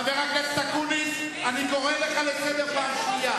חבר הכנסת אקוניס, אני קורא אותך לסדר פעם ראשונה.